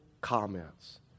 comments